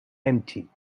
empty